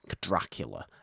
Dracula